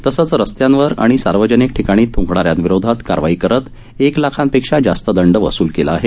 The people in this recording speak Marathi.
तसंच रस्त्यांवर आणि सार्वजनिक ठिकाणी थुंकणाऱ्यांविरोधात कारवाई करत एक लाखांपेक्षा जास्त दंड वसूल केला आहे